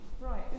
Right